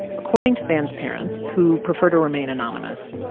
according to van's parents, who prefer to remain anonymous,